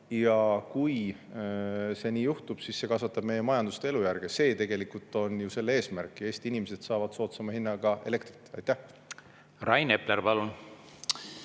Ja kui nii juhtub, siis see kasvatab meie majandust ja elujärge. See tegelikult ongi eesmärk. Ja Eesti inimesed saavad soodsama hinnaga elektrit. Rain Epler, palun!